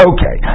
Okay